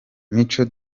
mico